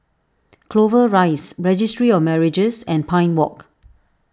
Clover Rise Registry of Marriages and Pine Walk